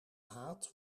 haat